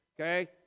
okay